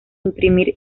imprimir